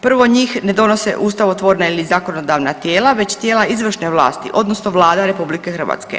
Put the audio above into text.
Prvo, njih ne donose ustavotvorna ili zakonodavna tijela već tijela izvršne vlasti odnosno Vlada RH.